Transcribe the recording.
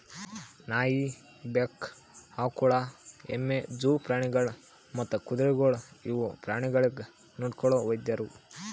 ನಾಯಿ, ಬೆಕ್ಕ, ಆಕುಳ, ಎಮ್ಮಿ, ಜೂ ಪ್ರಾಣಿಗೊಳ್ ಮತ್ತ್ ಕುದುರೆಗೊಳ್ ಇವು ಪ್ರಾಣಿಗೊಳಿಗ್ ನೊಡ್ಕೊಳೋ ವೈದ್ಯರು